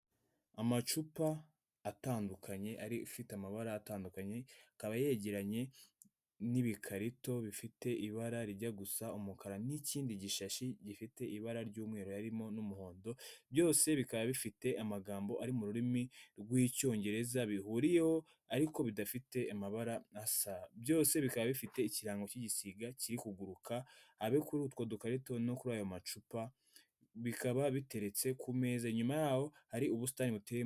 Amacupa atandukanye ari ufite amabara atandukanye akaba yegeranye n'ibikarito bifite ibara rijya gusa umukara n'ikindi gishashi gifite ibara ry'umweru harimo n'umuhondo byose bikaba bifite amagambo ari mu rurimi rw'icyongereza bihuriyeho ariko bidafite amabara asa, byose bikaba bifite ikirango cy'igisiga kiri kuguruka abe kuri utwo dukarito no kuri ayo macupa bikaba biteretse ku meza, inyuma yaho ari ubusitani buteyemo.